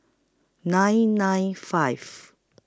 nine nine five